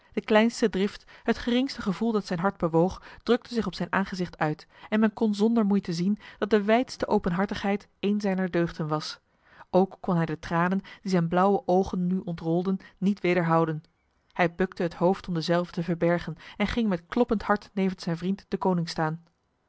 de kleinste drift het geringste gevoel dat zijn hart bewoog drukte zich op zijn aangezicht uit en men kon zonder moeite zien dat de wijdste openhartigheid een zijner deugden was ook kon hij de tranen die zijn blauwe ogen nu ontrolden niet wederhouden hij bukte het hoofd om dezelve te verbergen en ging met kloppend hart nevens zijn vriend deconinck staan